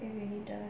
if you need to